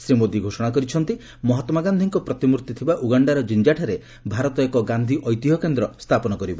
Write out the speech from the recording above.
ଶ୍ରୀ ମୋଦି ଘୋଷଣା କରିଛନ୍ତି ମହାତ୍ମାଗାନ୍ଧିଙ୍କ ପ୍ରତିମ୍ଭି ଥିବା ଉଗାଖାର ଜିଞ୍ଜାଠାରେ ଭାରତ ଏକ ଗାନ୍ଧି ଐତିହ୍ୟ କେନ୍ଦ୍ର ସ୍ଥାପନ କରିବ